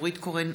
נורית קורן,